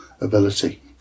ability